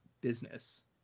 business